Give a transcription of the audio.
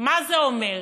מה זה אומר: